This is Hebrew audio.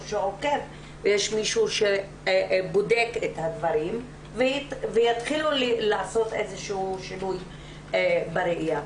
שעוקב ויש מישהו שבודק את הדברים ויתחילו לעשות איזשהו שינוי בראיה.